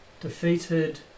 defeated